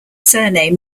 surname